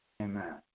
Amen